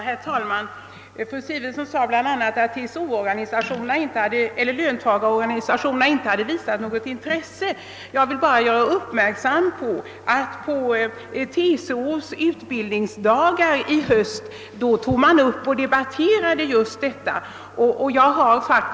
Herr talman! Fru Sigurdsen sade bl.a. att löntagarorganisationerna inte visat något intresse. Jag vill bara göra fru Sigurdsen uppmärksam på att den här frågan diskuterades på TCO:s ut bildningsdagar i höstas.